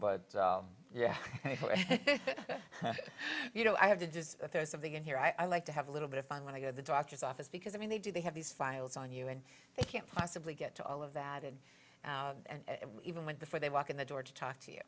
t yeah you know i have to do is there's something in here i like to have a little bit of fun when i go to the doctor's office because i mean they do they have these files on you and they can't possibly get to all of that and and even with the for they walk in the door to talk to you